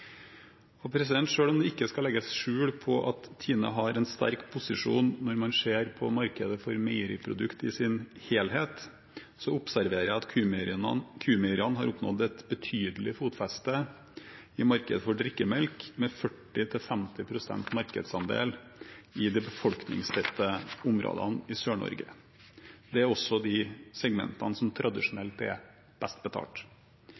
om det ikke skal legges skjul på at Tine har en sterk posisjon når man ser på markedet for meieriprodukter i sin helhet, observerer jeg at Q-Meieriene har oppnådd et betydelig fotfeste i markedet for drikkemelk, med 40–50 pst. markedsandel i de befolkningstette områdene i Sør-Norge. Det er også de segmentene som tradisjonelt er best betalt.